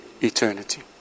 eternity